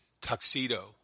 tuxedo